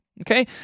okay